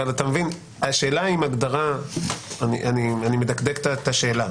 אבל אני מדקדק את השאלה,